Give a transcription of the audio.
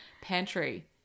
pantry